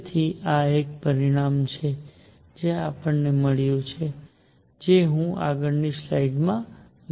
તેથી આ એક પરિણામ છે જે આપણને મળ્યું છે જે હું આગળની સ્લાઇડ પર લઈ જઈશ